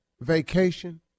vacation